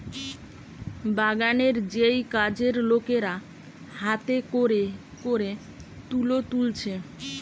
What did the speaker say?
বাগানের যেই কাজের লোকেরা হাতে কোরে কোরে তুলো তুলছে